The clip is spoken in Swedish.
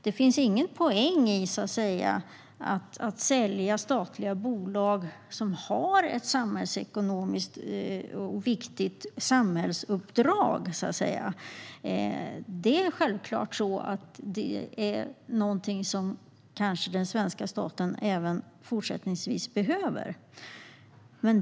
Det finns ingen poäng i att sälja statliga bolag som har ett viktigt samhällsuppdrag. Självklart är det någonting som den svenska staten kanske även fortsättningsvis behöver.